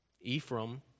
Ephraim